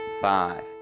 five